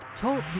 Talk